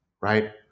right